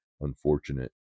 unfortunate